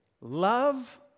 love